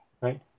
right